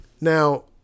Now